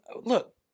look